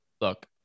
Look